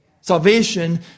Salvation